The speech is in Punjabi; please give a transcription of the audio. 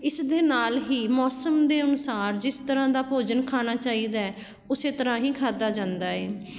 ਇਸ ਦੇ ਨਾਲ ਹੀ ਮੌਸਮ ਦੇ ਅਨੁਸਾਰ ਜਿਸ ਤਰ੍ਹਾਂ ਦਾ ਭੋਜਨ ਖਾਣਾ ਚਾਹੀਦਾ ਉਸ ਤਰ੍ਹਾਂ ਹੀ ਖਾਧਾ ਜਾਂਦਾ ਹੈ